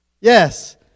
Yes